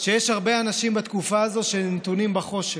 שיש הרבה אנשים בתקופה הזו שנתונים בחושך.